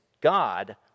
God